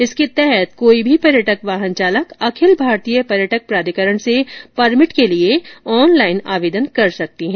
इस योजना के अन्तर्गत कोई भी पर्यटक वाहन चालक अखिल भारतीय पर्यटक प्राधिकरण से परमिट के लिए ऑनलाइन आवेदन कर सकते हैं